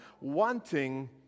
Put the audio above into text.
wanting